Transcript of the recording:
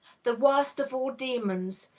the worst of all demons,